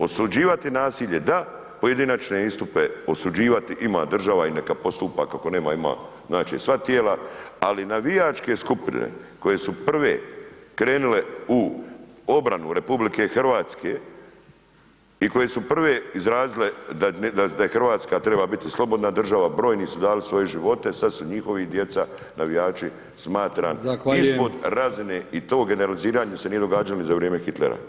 Osuđivati nasilje da, pojedinačne istupe osuđivati ima država i neka postupa, kako nema ima znači sva tijela, ali navijačke skupine koje su prve krenule u obranu RH i koje su prve izrazile da je Hrvatska treba biti slobodna država, brojni su dali svoje živote, sad su njihovi djeca navijači, smatram ispod [[Upadica: Zahvaljujem.]] razine i to generaliziranje se nije događalo ni za vrijeme Hitlera.